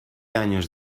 años